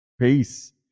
Peace